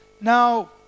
Now